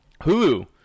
Hulu